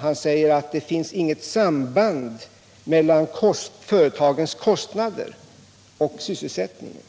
Han säger att det inte finns något samband mellan företagens kostnader och sysselsättningen.